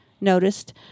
noticed